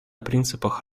принципах